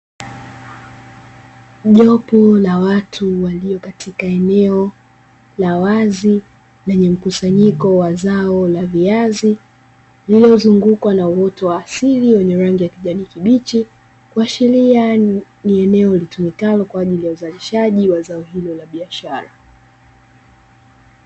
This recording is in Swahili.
Jopo la watu waliokatika eneo la wazi, lenye mkusanyiko wa zao la viazi lililozungukwa na uoto wa asili wenye rangi ya kijani kibichi, kuashiria ni eneo litumikalo kwa ajili ya uzalishaji wa zao hilo la biashara.